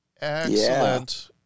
Excellent